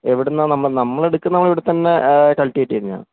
എവിടെനിന്നാണ് നമ്മളെടുക്കുന്നതു നമ്മളിവിടെ തന്നെ കള്ട്ടിവേറ്റെയ്യ്ന്നതാണ്